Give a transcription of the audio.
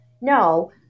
No